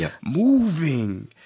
Moving